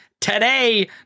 today